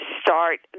start